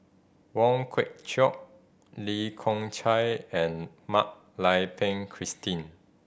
Wong Kwei Cheong Lee Kong Chian and Mak Lai Peng Christine